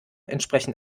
entsprechen